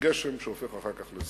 לגשם שהופך אחר כך לסערה.